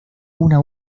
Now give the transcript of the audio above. una